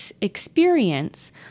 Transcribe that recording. experience